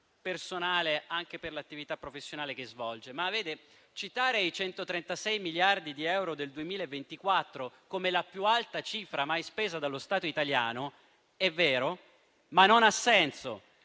personale anche per l'attività professionale che svolge, ma citare i 136 miliardi di euro del 2024 come la più alta cifra mai spesa dallo Stato italiano significa dire il vero, ma non ha senso,